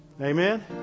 Amen